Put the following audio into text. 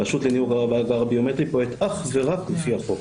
הרשות לניהול המאגר הביומטרי פועלת אך ורק לפי החוק.